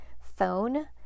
phone